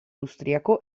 austriaco